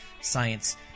science